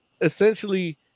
Essentially